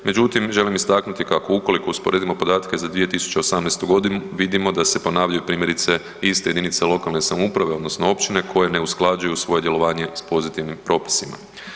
Međutim želim istaknuti kako ukoliko usporedimo podatke za 2018.g. vidimo da se ponavljaju primjerice iste jedinice lokalne samouprave odnosno općine koje ne usklađuju svoje djelovanje s pozitivnim propisima.